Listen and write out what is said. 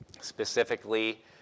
specifically